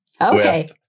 Okay